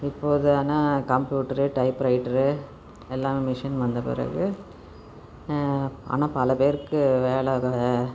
இப்போது ஆனால் computer typewriter எல்லாம் மிஷின் வந்த பிறகு ஆனால் பல பேருக்கு வேலை